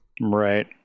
right